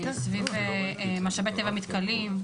סביב משאבי טבע מתכלים.